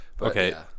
Okay